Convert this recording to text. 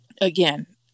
Again